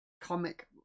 comic